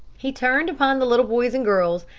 he turned upon the little boys and girls,